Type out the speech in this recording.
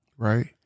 right